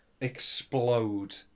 explode